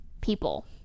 people